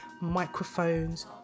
microphones